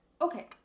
okay